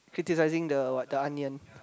criticizing the what the onion